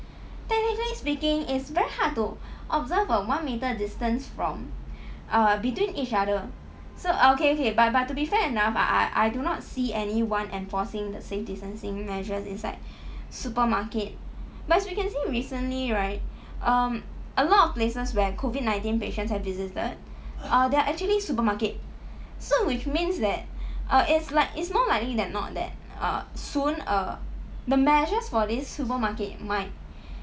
technically speaking it's very hard to observe a one metre distance from err between each other so okay okay but but to be fair enough uh I I do not see anyone enforcing the safety distancing measures inside supermarket but as we can see recently right um a lot of places where COVID nineteen patients have visited uh they are actually supermarket so which means that uh it's like it's more likely than not that uh soon err the measures for these supermarket might